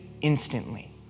instantly